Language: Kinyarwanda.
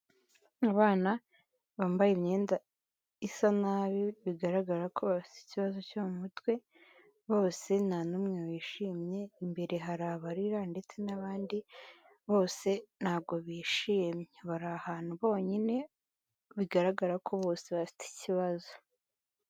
Abana bambaye imyenda isa nabi, bigaragara ko bafite ikibazo cyo mu mutwe, bose nta numwe wishimye imbere hari abarira ndetse n'abandi bose ntabwo bishimye. Bari ahantu bonyine bigaragara ko bose bafite ikibazo.